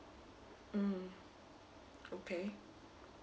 mm okay